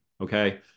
Okay